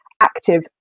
active